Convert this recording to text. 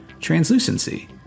Translucency